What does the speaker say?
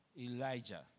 Elijah